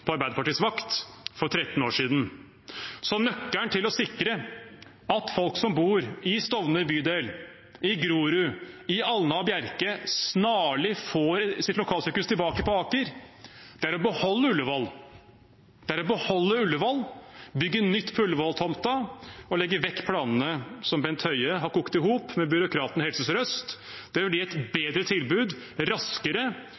på Arbeiderpartiets vakt, for 13 år siden. Nøkkelen til å sikre at folk som bor i bydelene Stovner, Grorud, Alna og Bjerke, snarlig får sitt lokalsykehus tilbake på Aker, er å beholde Ullevål, bygge nytt på Ullevål-tomten og legge vekk planene som Bent Høie har kokt i hop med byråkratene i Helse Sør-Øst. Det vil bli et